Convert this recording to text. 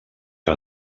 que